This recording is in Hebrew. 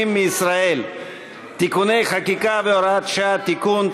מישראל (תיקוני חקיקה והוראות שעה) (תיקון),